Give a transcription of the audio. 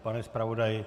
Pane zpravodaji?